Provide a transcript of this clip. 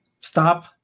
stop